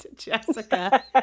Jessica